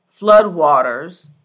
Floodwaters